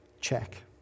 check